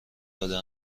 داده